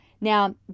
Now